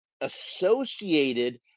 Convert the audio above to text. associated